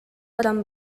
баран